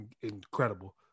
incredible